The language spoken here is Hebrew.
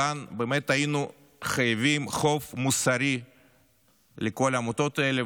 כאן היינו חייבים חוב מוסרי לכל העמותות האלה,